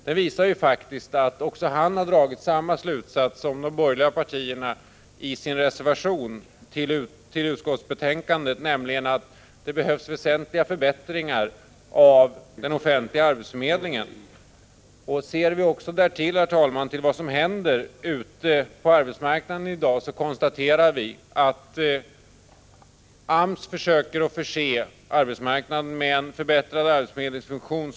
Han har gjort samma erfarenheter som de borgerliga partierna i deras reservation till utskottsbetänkandet, nämligen att det behövs väsentliga 153 Om man, herr talman, ser till vad som i dag händer ute på arbetsmarknaden, så kan man konstatera att AMS försöker förse arbetsmarknaden med en förbättrad arbetsförmedlingsfunktion.